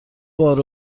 بار